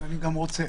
אני גם רוצה.